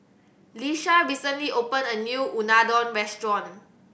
Iesha recently opened a new Unadon restaurant